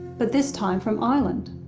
but this time from ireland.